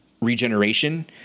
regeneration